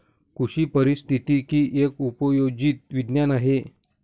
कृषी पारिस्थितिकी एक उपयोजित विज्ञान आहे